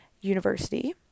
university